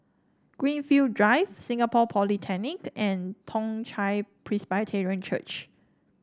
Greenfield Drive Singapore Polytechnic and Toong Chai Presbyterian Church